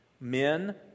Men